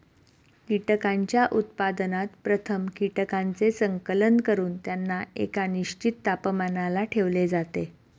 कीटकांच्या उत्पादनात प्रथम कीटकांचे संकलन करून त्यांना एका निश्चित तापमानाला ठेवले जाते